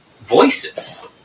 voices